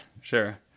sure